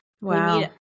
Wow